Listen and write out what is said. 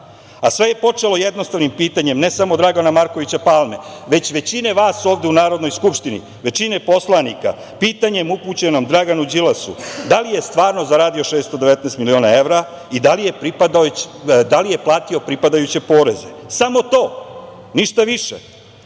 je počelo jednostavnim pitanjem, ne samo Dragana Markovića Palme, već većine vas ovde u Narodnoj skupštini, većine poslanika, pitanje upućeno Draganu Đilasu – da li je stvarno zaradio 619 miliona evra i da li je platio pripadajuće poreze? Samo to, ništa više. Pošto